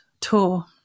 tour